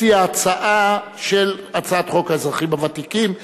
מציע את הצעת חוק האזרחים הוותיקים,